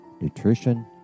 nutrition